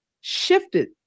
shifted